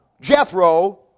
Jethro